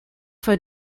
für